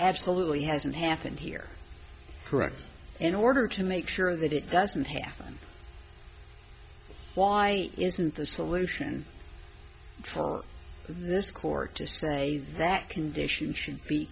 absolutely hasn't happened here correct in order to make sure that it doesn't happen why isn't the solution for this court to say that condition should be